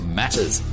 matters